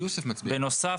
בנוסף,